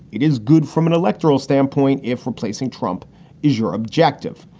it is good from an electoral standpoint if replacing trump is your objective.